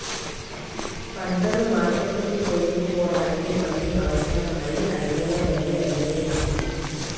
పంటను మార్కెట్టుకు తోలుకుపోడానికి బండి అవసరం అయి ఐలయ్య బండి అడిగే రాము